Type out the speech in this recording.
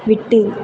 விட்டு